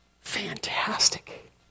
Fantastic